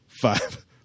five